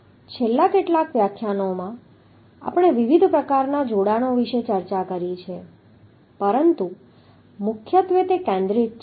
છેલ્લા કેટલાક વ્યાખ્યાનોમાં આપણે વિવિધ પ્રકારના જોડાણો વિશે ચર્ચા કરી છે પરંતુ મુખ્યત્વે તે કેન્દ્રિત છે